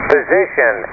Position